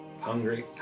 hungry